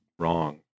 Wrong